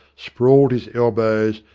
sprawled his elbows,